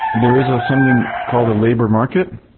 there is ah something called a labor market,